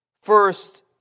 First